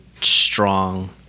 strong